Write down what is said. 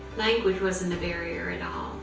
language wasn't a barrier and